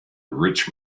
rich